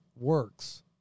works